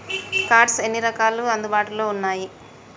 Cards ఎన్ని రకాలు అందుబాటులో ఉన్నయి?